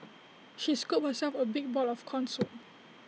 she scooped herself A big bowl of Corn Soup